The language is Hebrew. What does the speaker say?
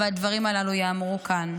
אבל הדברים הללו ייאמרו כאן.